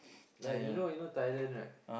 like you know you know Thailand right